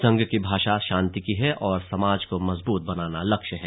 संघ की भाषा शांति की है और समाज को मजबूत बनाना लक्ष्य है